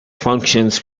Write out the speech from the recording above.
functions